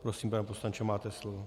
Prosím, pane poslanče, máte slovo.